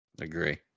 Agree